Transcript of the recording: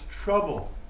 trouble